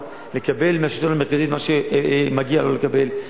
יקבל מהשלטון המרכזי את מה שמגיע לו לקבל,